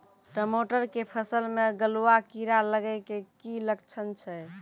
टमाटर के फसल मे गलुआ कीड़ा लगे के की लक्छण छै